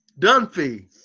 Dunphy